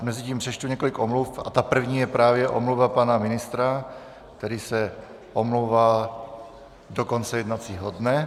Mezitím přečtu několik omluv a ta první je právě omluva pana ministra, který se omlouvá do konce jednacího dne.